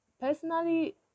personally